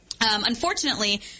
Unfortunately